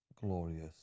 glorious